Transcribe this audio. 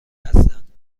هستند